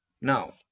Now